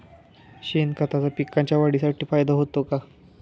शेणखताचा पिकांच्या वाढीसाठी फायदा होतो का?